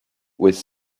with